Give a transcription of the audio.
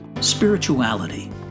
Spirituality